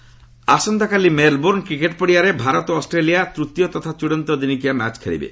cricket ଆସନ୍ତାକାଲି Melbourne cricket ପଡ଼ିଆରେ ଭାରତ ଓ ଅଷ୍ଟ୍ରେଲିଆ ତ୍ତୀୟ ତଥା ଚଡ଼ାନ୍ତ ଦିନିକିଆ ମ୍ୟାଚ୍ ଖେଳିବେ